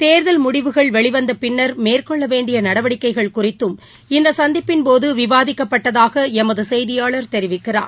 தேர்தல் முடிவுகள் வெளி வந்த பின்னர் மேற்கொள்ள வேண்டிய நடவடிக்கைகள் குறித்தும் இந்த சந்திப்பின்போது விவாதிக்கப்பட்டதாக எமது செய்தியாளர் தெரிவிக்கிறார்